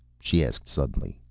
she asked suddenly.